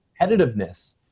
competitiveness